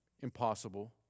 impossible